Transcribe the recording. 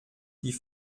die